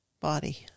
body